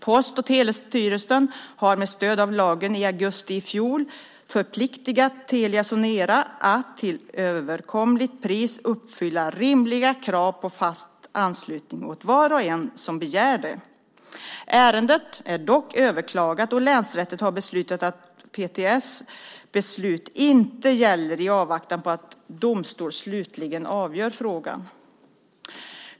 Post och telestyrelsen har med stöd av lagen i augusti i fjol förpliktat Telia Sonera att till överkomligt pris uppfylla rimliga krav på fast anslutning åt var och en som begär det. Ärendet är överklagat, och länsrätten har beslutat att Post och telestyrelsens beslut inte gäller i avvaktan på att domstol slutligen avgör frågan.